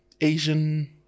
Asian